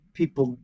people